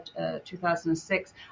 2006